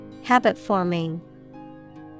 Habit-forming